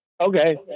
Okay